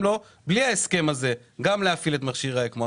לו גם בלי ההסכם הזה להפעיל את מכשיר האקמו,